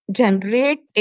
generate